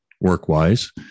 work-wise